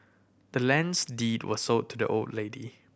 the land's deed was sold to the old lady